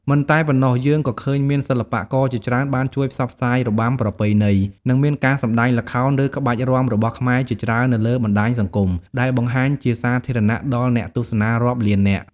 មិនតែប៉ុណ្ណោះ យើងក៏ឃើញមានសិល្បករជាច្រើនបានជួយផ្សព្វផ្សាយរបាំប្រពៃណី និងមានការសម្តែងល្ខោន ឬក្បាច់រាំរបស់ខ្មែរជាច្រើននៅលើបណ្ដាញសង្គម ដែលបង្ហាញជាសាធារណៈដល់អ្នកទស្សនារាប់លាននាក់។